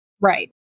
Right